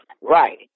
Right